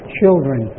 children